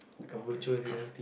a virtual reality